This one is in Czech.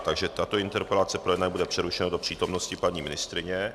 Takže tato interpelaci bude přerušena do přítomnosti paní ministryně.